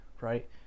right